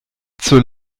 zur